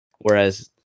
Whereas